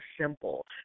simple